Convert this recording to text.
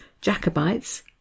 Jacobites